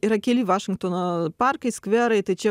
yra keli vašingtono parkai skverai tai čia